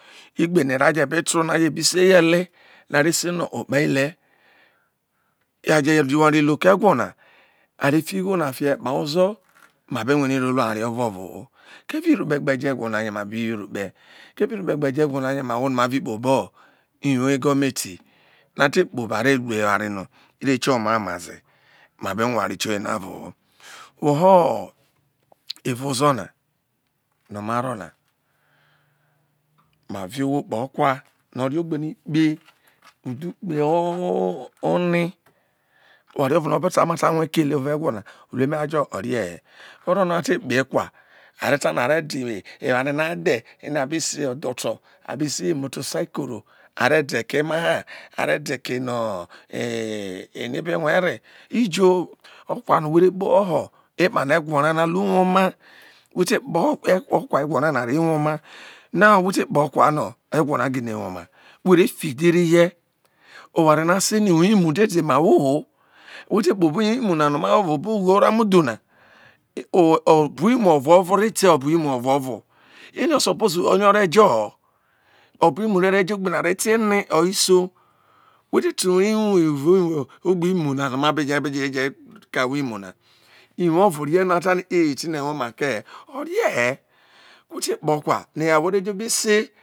obo no era be je̱ to̱ no̱ are se no̱ okpa ile̱ aje ware luke egwo na a re fi ugho na fi ekpa ozo ma be rue riro lu oware o̱vo̱ voho eve irakpe gbe̱ jo̱ e̱qwo na ha qo ma be wo irukpe̱ ko̱ ere irukpa jo̱ e̱gwo na ha yo ahwo no̱ ma vi bi kpo bo iwo egometi yo̱ a te kpo be are ruo ewao no ire kieho omai omaze yo ma be rue were tioye o̱vo ho evao ozo na no maro na mavi owo kpo okwa no̱ o̱ rio ba na ikpe udhukpe one̱ oware o̱ro̱ no̱ ma be ta rue̱ kele ewo eqwone re ma jo̱ orie he o̱ro̱ no ate kpe ekwo are̱ ta no̱ are de iwe ware na de ino abe so edhoto abi se imotosikoro are de̱ ke emaha de̱ ke eno e̱ no ebe rue re ijo okova no whe̱ re kpo no epano egwo ra na re̱ woma now we te kpo okwa ino egwo ra na gine woma fi idhere ye oware no ase no̱ uwo imu dede ma wo ho we te kpo obuwo imu na no̱ ma wo evao obo̱ ughe oramu dhu no o̱bo imu o̱roro ro ete̱ o̱bu imu o̱vovo ere o suppose ere o̱re̱ ju̱ no obu imo ore jo egbe na ore te e̱ne hayo iso we te ti iwo imu na erao gbe no gbe jo̱ ka ahwo imu na iwo o̱ro rie no ata no eti ne wo ma make̱ ne̱ orie̱ ne we̱ te kpe o kwa no eware ne se